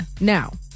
Now